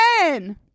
again